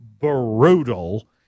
brutal